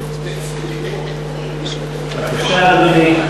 בבקשה, אדוני,